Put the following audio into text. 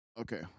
Okay